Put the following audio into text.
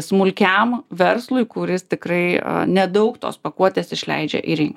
smulkiam verslui kuris tikrai nedaug tos pakuotės išleidžia į rinką